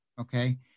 okay